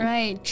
Right